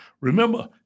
Remember